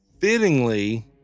fittingly